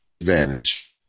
advantage